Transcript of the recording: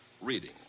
reading